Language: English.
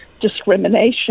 discrimination